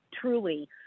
truly